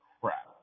Crap